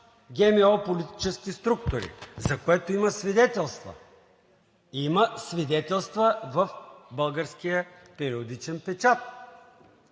ГМО политически структури, за което има свидетелства. Има свидетелства в българския периодичен печат